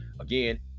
Again